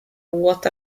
what